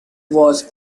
was